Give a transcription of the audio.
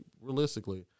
realistically